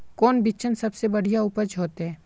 कौन बिचन सबसे बढ़िया उपज होते?